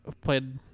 played